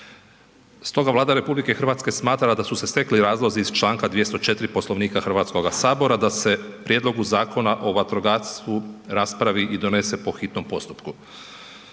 Stoga, Vlada RH smatra da su se stekli razlozi iz Članka 204. Poslovnika Hrvatskoga sabora da se o Prijedlogu Zakona o vatrogastvu raspravi i donese po hitnom postupku.